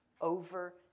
over